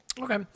Okay